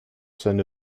seine